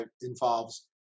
involves